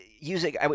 using